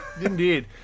Indeed